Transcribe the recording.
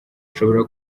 ushobora